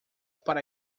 para